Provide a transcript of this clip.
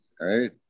right